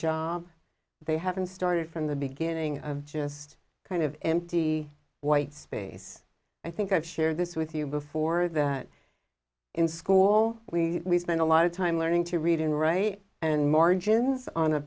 job they haven't started from the beginning of just kind of empty white space i think i've shared this with you before that in school we spend a lot of time learning to read and write and margins on